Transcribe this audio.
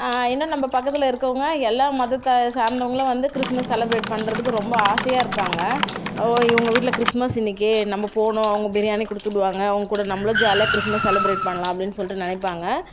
இன்னும் நம்ப பக்கத்தில் இருக்கவங்க எல்லா மதத்தை சார்ந்தவங்களும் வந்து கிறிஸ்மஸ் செலப்ரேட் பண்ணுறதுக்கு ரொம்ப ஆசையாக இருப்பாங்க ஓ இவங்க வீட்டில் கிறிஸ்மஸ் இன்னைக்கு நம்ப போகணும் அவங்க பிரியாணி கொடுத்துவுடுவாங்க அவங்கக்கூட நம்பளும் ஜாலியாக கிறிஸ்மஸ் செலப்ரேட் பண்ணலாம் அப்படின் சொல்லிட்டு நினைப்பாங்க